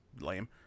lame